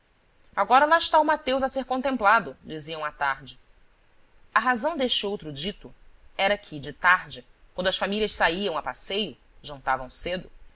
agora lá está o mateus a ser contemplado diziam à tarde a razão deste outro dito era que de tarde quando as famílias safam a passeio